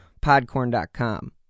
Podcorn.com